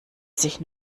sich